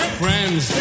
friends